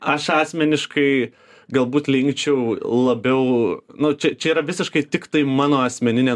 aš asmeniškai galbūt linkčiau labiau nu čia čia yra visiškai tiktai mano asmeninė